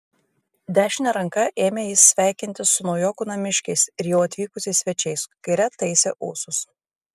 dešine ranka ėmė jis sveikintis su naujokų namiškiais ir jau atvykusiais svečiais kaire taisė ūsus